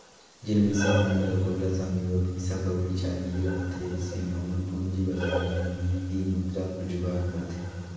जेन मइनसे मन ल बगरा समे बर पइसा कउड़ी चाहिए रहथे अइसे में ओमन पूंजी बजार में ही मुद्रा कर जुगाड़ करथे